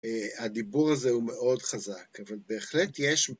הדיבור הזה הוא מאוד חזק, אבל בהחלט יש...